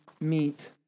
meet